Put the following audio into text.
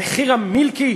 מחיר המילקי?